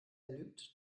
lügt